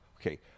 okay